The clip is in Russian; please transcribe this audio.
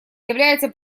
является